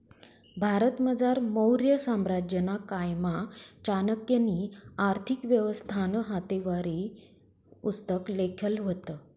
भारतमझार मौर्य साम्राज्यना कायमा चाणक्यनी आर्थिक व्यवस्थानं हातेवरी पुस्तक लिखेल व्हतं